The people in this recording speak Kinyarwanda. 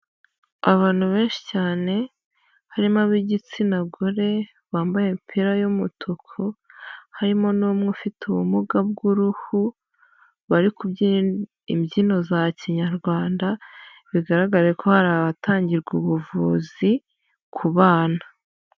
Abantu benshi cyane harimo ab'igitsina gore bambaye imipira y'umutuku, harimo n'umwe ufite ubumuga bw'uruhu, bari kubyina imbyino za kinyarwanda bigaragare ko hari abatangirwa ubuvuzi ku bana.